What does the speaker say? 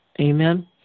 Amen